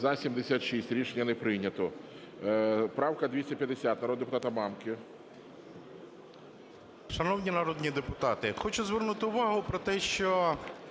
За-76 Рішення не прийнято. Правка 250 народного депутата Мамки.